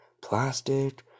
plastic